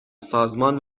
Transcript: سازمان